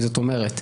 זאת אומרת,